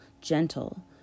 gentle